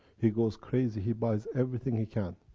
he goes crazy, he buys everything he can.